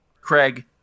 Craig